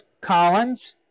Collins